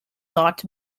thought